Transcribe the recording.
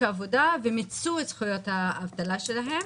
העבודה ומיצו את זכויות האבטלה שלהן.